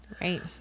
right